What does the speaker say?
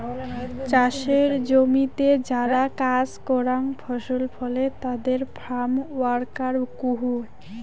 চাসের জমিতে যারা কাজ করাং ফসল ফলে তাদের ফার্ম ওয়ার্কার কুহ